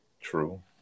True